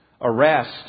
arrest